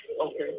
Okay